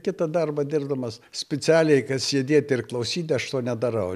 kitą darbą dirbdamas specialiai kad sėdėti ir klausyti aš to nedarau